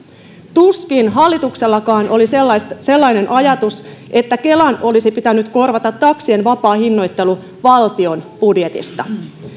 tuskin hallituksellakaan oli sellainen ajatus että kelan olisi pitänyt korvata taksien vapaa hinnoittelu valtion budjetista